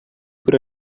por